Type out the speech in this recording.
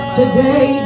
today